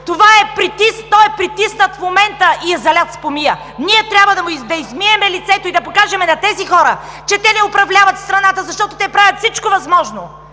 той е притиснат в момента и е залят с помия. Ние трябва да му измием лицето и да покажем на тези хора, че те не управляват страната, защото те правят всичко възможно